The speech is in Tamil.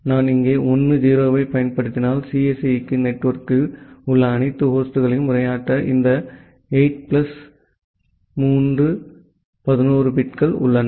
எனவே நான் இங்கே 1 0 ஐப் பயன்படுத்தினால் சிஎஸ்இ நெட்வொர்க்கில் உள்ள அனைத்து ஹோஸ்ட்களையும் உரையாற்ற இந்த 8 பிளஸ் 3 11 பிட்கள் உள்ளன